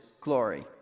glory